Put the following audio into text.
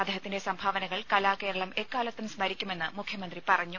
അദ്ദേഹത്തിന്റെ സംഭാവനകൾ കലാകേരളം എക്കാലത്തും സ്മരിക്കുമെന്ന് മുഖ്യമന്ത്രി പറഞ്ഞു